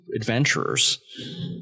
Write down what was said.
adventurers